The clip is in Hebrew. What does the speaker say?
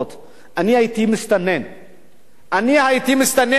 אני הייתי מסתנן יהודי בגדריף בסודן.